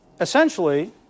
Essentially